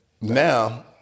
now